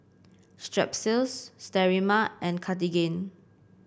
Strepsils Sterimar and Cartigain